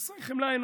חסרי חמלה אנושית,